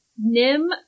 Nim